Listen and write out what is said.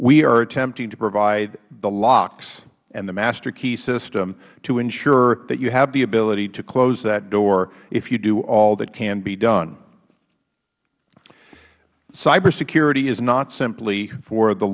we are attempting to provide the locks and the master key system to ensure that you have the ability to close that door if you do all that can be done cyber security is not simply for the